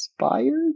Inspired